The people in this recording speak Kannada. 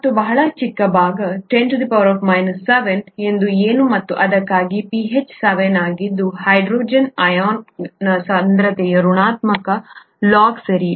ಮತ್ತು ಬಹಳ ಚಿಕ್ಕ ಭಾಗ 10 7 ಅದು ಏನು ಮತ್ತು ಅದಕ್ಕಾಗಿಯೇ pH 7 ಆಗಿದೆ ಹೈಡ್ರೋಜನ್ ಅಯಾನ್ನ ಸಾಂದ್ರತೆಯ ಋಣಾತ್ಮಕ ಲಾಗ್ ಸರಿ